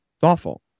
thoughtful